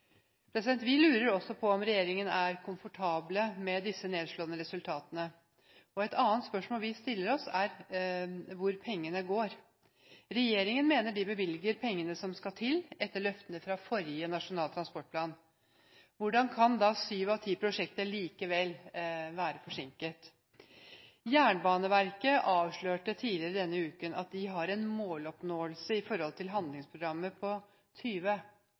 Vi lurer også på om regjeringen er komfortabel med disse nedslående resultatene. Et annet spørsmål vi stiller oss, er hvor pengene går. Regjeringen mener de bevilger pengene som skal til, etter løftene fra forrige Nasjonal transportplan. Hvordan kan da syv av ti prosjekter likevel være forsinket? Jernbaneverket avslørte tidligere denne uken at de har en måloppnåelse i forhold til handlingsprogrammet på 20